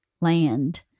land